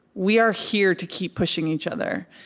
we are here to keep pushing each other.